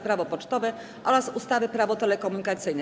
Prawo pocztowe oraz ustawy Prawo telekomunikacyjne.